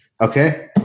Okay